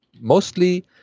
mostly